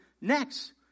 next